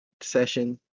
session